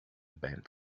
bent